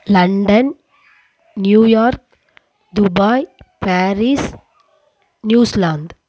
London New York Dubai Paris New Zealand